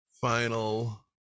final